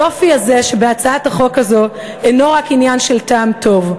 היופי הזה שבהצעת החוק הזו אינו רק עניין של טעם טוב.